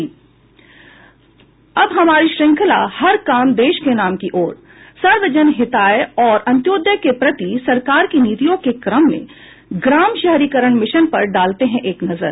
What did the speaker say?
अब हमारी श्रृंखला हर काम देश के नाम की ओर सर्वजन हिताय और अंत्योदय के प्रति सरकार की नीतियों के क्रम में ग्राम शहरीकरण मिशन पर डालते हैं एक नजर